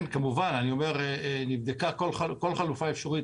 נבדקה כל חלופה אפשרית.